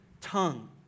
tongue